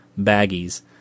baggies